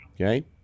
Okay